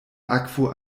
akvo